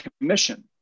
commission